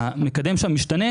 המקדם שם ישתנה,